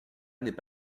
n’est